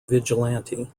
vigilante